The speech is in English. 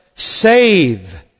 Save